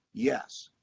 yes.